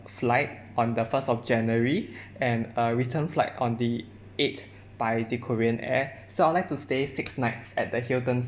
flight on the first of january and uh return flight on the eight by the korean air so I will like to stay six nights at the hilton